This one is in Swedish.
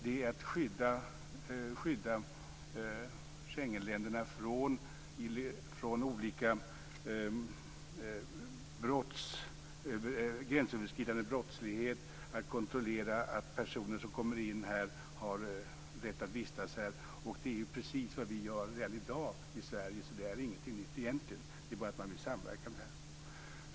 Det är att skydda Schengenländerna från olika gränsöverskridande brottslighet, att kontrollera att personer som kommer in här har rätt att vistas här. Det är precis vad vi gör redan i dag i Sverige. Så det här är ingenting nytt egentligen, det handlar bara om att man vill samverka om detta.